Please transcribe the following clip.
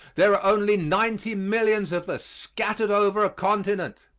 there are only ninety millions of us, scattered over a continent.